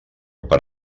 per